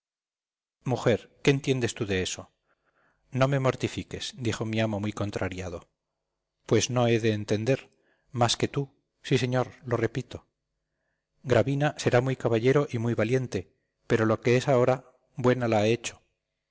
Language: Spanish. mujer qué entiendes tú de eso no me mortifiques dijo mi amo muy contrariado pues no he de entender más que tú sí señor lo repito gravina será muy caballero y muy valiente pero lo que es ahora buena la ha hecho